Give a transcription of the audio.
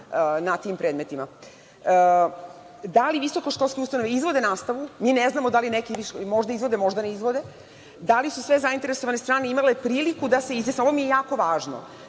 na tim predmetima. Da li visokoškolske ustanove izvode nastavu? Mi ne znamo, možda izvode, možda ne izvode. Da li su sve zainteresovane strane imale priliku da se izjasne? Ovo mi je jako važno.